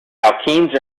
alkenes